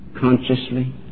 consciously